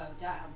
down